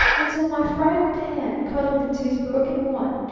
until my frightened hand cuddled into his broken one.